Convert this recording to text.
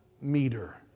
meter